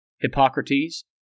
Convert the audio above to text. Hippocrates